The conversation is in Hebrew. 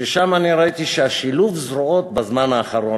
שאני ראיתי שם ששילוב הזרועות בזמן האחרון,